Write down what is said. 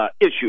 issue